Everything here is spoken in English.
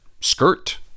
skirt